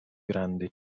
grande